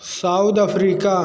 South Africa